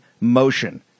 motion